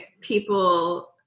people